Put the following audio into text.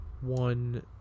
one